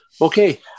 Okay